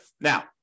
Now